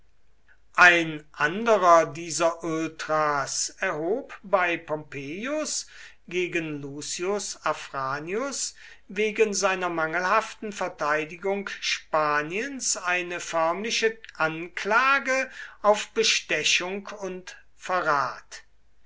ein anderer dieser ultras erhob bei pompeius gegen lucius afranius wegen seiner mangelhaften verteidigung spaniens eine förmliche anklage auf bestechung und verrat